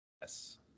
Yes